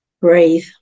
Breathe